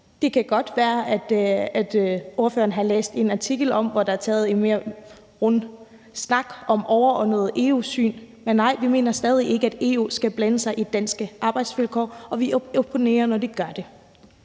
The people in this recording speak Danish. Det kan godt være, at ordføreren har læst en artikel, hvor der blev taget en snak om det overordnede EU-syn, men nej, vi mener stadig væk ikke, at EU skal blande sig i danske arbejdsvilkår, og vi opponerer, når de gør det.